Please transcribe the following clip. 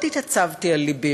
מאוד התעצבתי אל לבי.